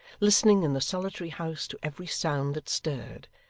listening in the solitary house to every sound that stirred,